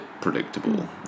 predictable